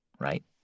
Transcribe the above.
right